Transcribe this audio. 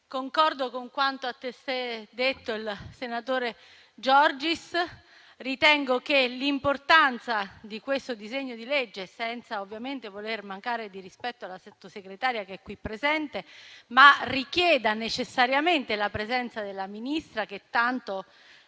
anch'io con quanto ha testé detto il senatore Giorgis. Ritengo che l'importanza di questo disegno di legge, senza ovviamente voler mancare di rispetto alla Sottosegretaria che è qui presente, richieda necessariamente la presenza della Ministra, che tanto ha